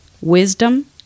wisdom